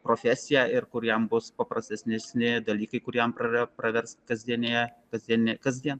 profesiją ir kur jam bus paprastesni dalykai kuriems pravers pravers kasdieninėje kasdien kasdien